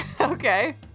Okay